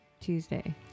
Tuesday